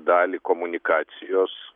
dalį komunikacijos